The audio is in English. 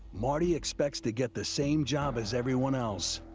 marty expects to get the same job as everyone else